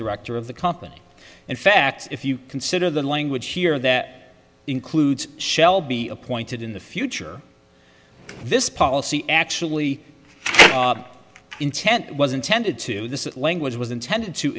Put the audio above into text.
director of the company in fact if you consider the language here that includes shelby appointed in the future this policy actually intent was intended to the language it was intended to